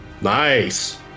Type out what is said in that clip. Nice